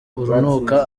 urunuka